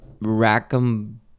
Rackham